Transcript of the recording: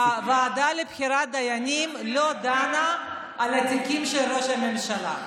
הוועדה לבחירת דיינים לא דנה על התיקים של ראש הממשלה.